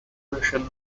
prussian